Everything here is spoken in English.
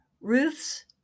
Ruth's